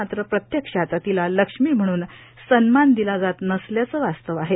मात्र प्रत्यक्षात तीला लक्ष्मी म्हणून सन्मान दिला जात नसल्याचे वास्तव आहे